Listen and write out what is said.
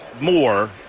more